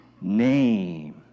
name